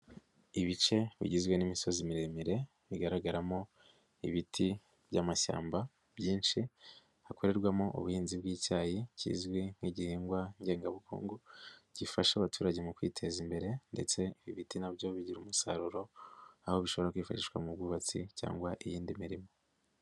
Ibice bigizwe n'imisozi miremire, bigaragaramo ibiti by'amashyamba byinshi, hakorerwamo ubuhinzi bw'icyayi kizwi nk'igihingwa ngengabukungu, gifasha abaturage mu kwiteza imbere ndetse ibiti na byo bigira umusaruro, aho bishobora kwifashishwa mu bwubatsi cyangwa iyindi mirimo.